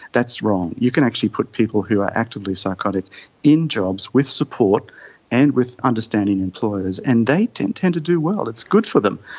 that's wrong. you can actually put people who are actively psychotic in jobs, with support and with understanding employers, and they and tend to do well, it's good for them,